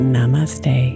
Namaste